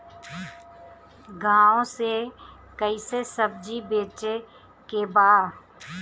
गांव से कैसे सब्जी बेचे के बा?